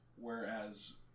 Whereas